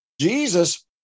Jesus